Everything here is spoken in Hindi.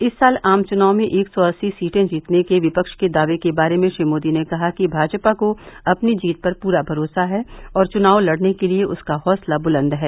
इस साल आम चुनाव में एक सौ अस्सी सीटें जीतने के विपक्ष के दावे के बारे में श्री मोदी ने कहा कि भाजपा को अपनी जीत पर पूरा भरोसा है और चुनाव लड़ने के लिए उसका हौसला बुलंद है